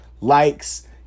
likes